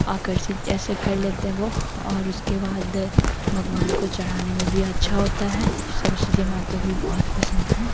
आकर्षित जैसे कर लेते है वह और उसके बाद भगवान को चढ़ाने में भी अच्छा होता है सरस्वती माता को भी बहुत पसंद है